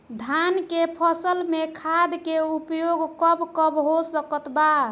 धान के फसल में खाद के उपयोग कब कब हो सकत बा?